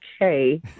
Okay